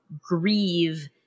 grieve